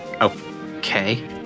okay